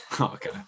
Okay